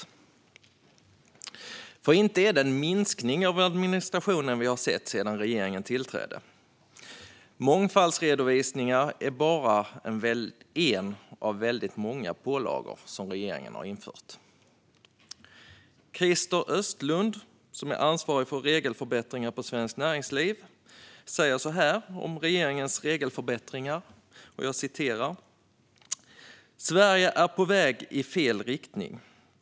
Det är nämligen inte en minskning av administrationen vi har sett sedan regeringen tillträdde. Mångfaldsredovisning är bara en av väldigt många pålagor som regeringen har infört. Christer Östlund, ansvarig för regelförbättringar på Svenskt Näringsliv, säger så här om regeringens regelförbättringar: "Sverige är på väg i fel riktning.